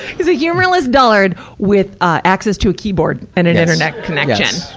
he's a humorless dullard, with, ah, access to a keyboard and an internet connection.